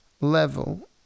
level